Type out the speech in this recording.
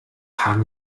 haben